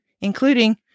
including